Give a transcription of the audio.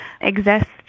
exist